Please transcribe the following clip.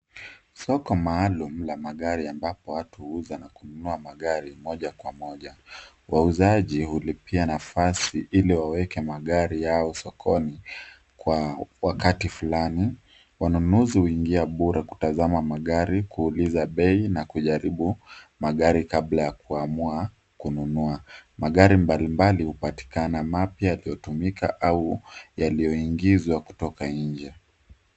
Soko maalum la magari ambapo watu huuza na kununua magari moja kwa moja. Wauzaji hulipia nafasi ili waweke magari yao sokoni kwa wakati fulani. Wanunuzi huingia bure kutazama magari, kuuliza bei na kujaribu magari kabla ya kuamua kununua. Magari mbalimbali hupatikana mapya, yaliyotumika au yaliyoingizwa kutoka nje.